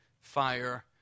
fire